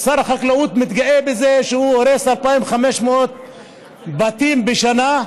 ושר החקלאות מתגאה בזה שהוא הורס 2,500 בתים בשנה,